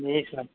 जी sir